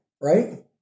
Right